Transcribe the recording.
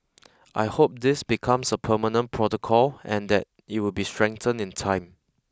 I hope this becomes a permanent protocol and that it would be strengthened in time